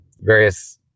various